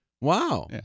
Wow